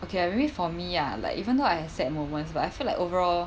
okay ah maybe for me ah like even though I have sad moments but I feel like overall